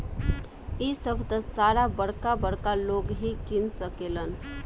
इ सभ त सारा बरका बरका लोग ही किन सकेलन